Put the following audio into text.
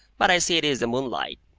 but i see it is the moonlight.